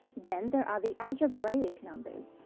then there are the algebraic numbers.